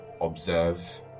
observe